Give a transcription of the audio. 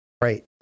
Right